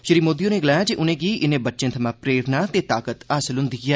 श्री मोदी होरें गलाया जे उनें'गी इनें बच्चे थमां प्रेरणा ते ताकत हासल हुंदी ऐ